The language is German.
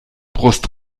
brust